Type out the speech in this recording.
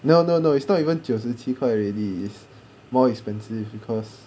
no no no it's not even 九十七块 already is more expensive because